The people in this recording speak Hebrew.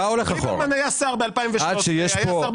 אז אני מזכיר שליברמן היה שר ב-2013 --- עד שיש פה סוף-סוף